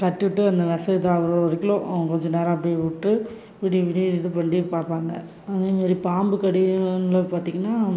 கட்டி விட்டு அந்த விசம் இதாகுற வரைக்குலும் கொஞ்சம் நேரம் அப்படியே விட்டு விடிய விடிய இது பண்ணி பார்ப்பாங்க அதே மாதிரி பாம்பு கடி பார்த்திங்கன்னா